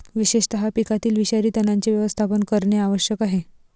विशेषतः पिकातील विषारी तणांचे व्यवस्थापन करणे आवश्यक आहे